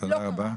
תודה רבה.